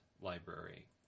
library